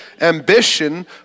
ambition